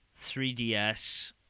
3DS